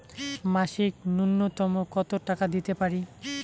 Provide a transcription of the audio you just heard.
মাসিক নূন্যতম কত টাকা দিতে পারি?